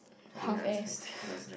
half ass